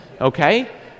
okay